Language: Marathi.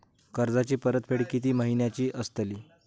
कर्जाची परतफेड कीती महिन्याची असतली?